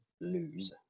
lose